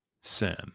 sin